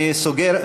אני סוגר,